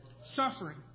Suffering